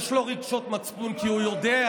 יש לו רגשות מצפון, כי הוא יודע,